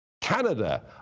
Canada